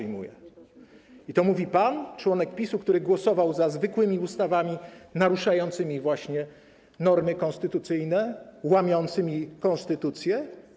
I to mówi pan, członek PiS, który głosował za zwykłymi ustawami naruszającymi właśnie normy konstytucyjne, łamiącymi konstytucję?